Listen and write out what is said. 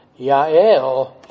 Yael